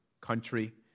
country